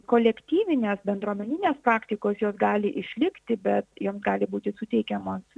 kolektyvinės bendruomeninės praktikos jos gali išlikti bet joms gali būti suteikiamos